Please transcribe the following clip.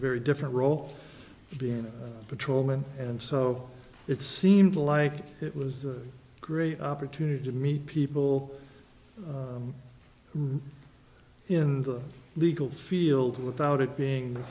very different role being patrolmen and so it seemed like it was a great opportunity to meet people in the legal field without it being the